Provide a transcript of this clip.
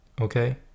Okay